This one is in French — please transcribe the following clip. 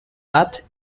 pattes